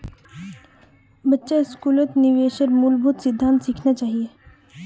बच्चा स्कूलत निवेशेर मूलभूत सिद्धांत सिखाना चाहिए